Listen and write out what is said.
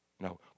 No